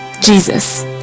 Jesus